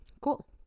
Cool